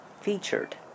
featured